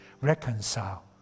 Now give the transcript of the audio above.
reconcile